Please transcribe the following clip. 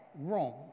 wrong